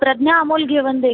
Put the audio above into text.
Pragya Amol Ghevande